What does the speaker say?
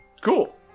cool